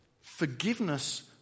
forgiveness